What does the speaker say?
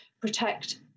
protect